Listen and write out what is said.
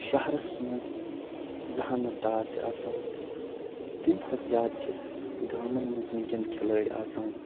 شہرَس منٛز زہانَت دار چھِ آسان تَمہِ کھۄتہٕ زیادٕ چھِ گامَن منٛز وٕنۍکٮ۪ن کھلٲڑۍ آسان